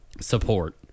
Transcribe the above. support